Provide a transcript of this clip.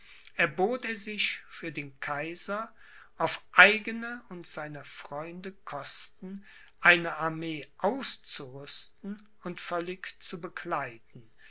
erbot er sich für den kaiser auf eigene und seiner freunde kosten eine armee auszurüsten und völlig zu bekleiden